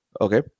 Okay